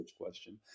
question